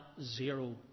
zero